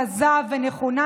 רזה ונכונה,